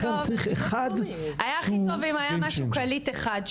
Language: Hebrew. לכן צריך אחד שהוא --- היה הכי טוב אם היה משהו קליט אחד,